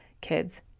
kids